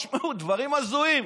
תשמעו, דברים הזויים.